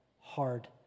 hard